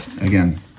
again